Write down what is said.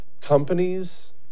companies